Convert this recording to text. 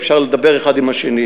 אפשר לדבר אחד עם השני.